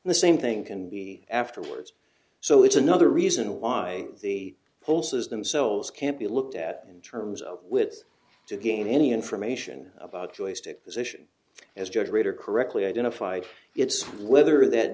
and the same thing can be afterwards so it's another reason why the pulses themselves can't be looked at in terms of wit to gain any information about joystick position as generator correctly identified it's whether that